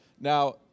Now